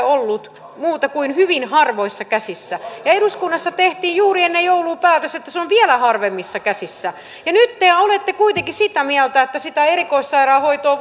ollut muuta kuin hyvin harvoissa käsissä eduskunnassa tehtiin juuri ennen joulua päätös että se on vielä harvemmissa käsissä nyt te olette kuitenkin sitä mieltä että sitä erikoissairaanhoitoa